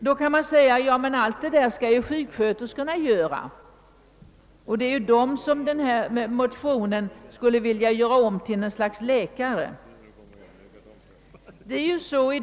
Då kan man säga: Ja, men allt detta skall ju sjuksköterskorna göra. Det är just dessa som min motion vill göra om till något slags läkare.